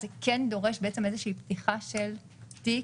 שזה דורש בעצם איזושהי פתיחה של תיק,